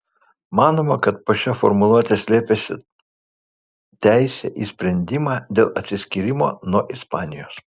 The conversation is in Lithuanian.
manoma kad po šia formuluote slėpėsi teisė į sprendimą dėl atsiskyrimo nuo ispanijos